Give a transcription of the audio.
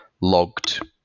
logged